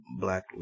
black